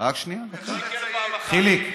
אבל הוא שיקר פעם אחת, רק שנייה, חיליק.